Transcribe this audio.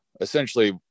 essentially